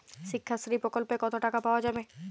শিক্ষাশ্রী প্রকল্পে কতো টাকা পাওয়া যাবে?